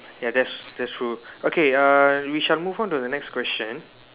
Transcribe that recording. ya that's that's true okay uh we shall move on to the next question